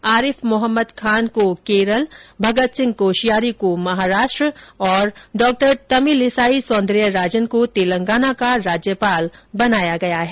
आरिफ मोहम्मद खान को केरल भगत सिंह कोश्यारी को महाराष्ट्र और डॉ तमिलीसाई सौन्दर्यराजन को तेलंगाना का राज्यपाल नियुक्त किया गया है